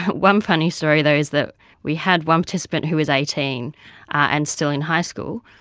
one funny story though is that we had one participant who was eighteen and still in high school,